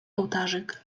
ołtarzyk